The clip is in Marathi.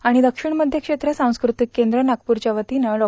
आणि दक्षिण मध्य क्षेत्र सांस्क्रतिक केंद्र नागप्ररव्या वतीनं डो